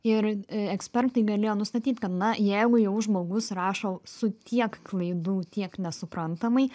ir ekspertai galėjo nustatyt kad na jeigu jau žmogus rašo su tiek klaidų tiek nesuprantamai